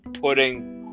putting